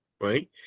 right